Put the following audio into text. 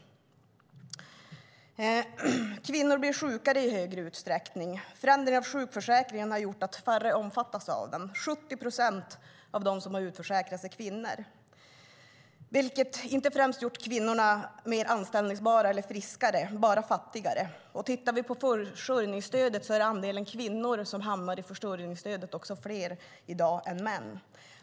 Kvinnor blir sjukare i högre utsträckning. Förändringen av sjukförsäkringen har gjort att färre omfattas av den. 70 procent av dem som utförsäkrats är kvinnor, vilket inte främst gjort kvinnor mer anställbara eller friskare utan bara fattigare. Andelen kvinnor som hamnar i försörjningsstöd är i dag större än män.